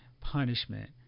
punishment